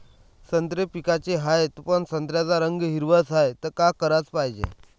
संत्रे विकाचे हाये, पन संत्र्याचा रंग हिरवाच हाये, त का कराच पायजे?